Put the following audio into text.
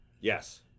Yes